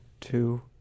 two